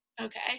Okay